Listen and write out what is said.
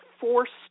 forced